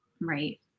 Right